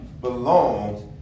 belongs